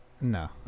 No